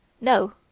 no